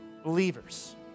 believers